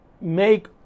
make